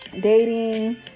dating